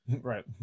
right